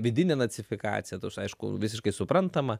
vidinė nacifikacija tos aišku visiškai suprantama